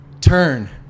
turn